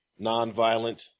nonviolent